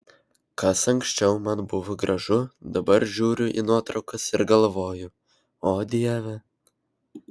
kas anksčiau man buvo gražu dabar žiūriu į nuotraukas ir galvoju o dieve